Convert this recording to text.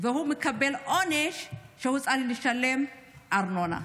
והוא מקבל עונש, הוא צריך לשלם ארנונה.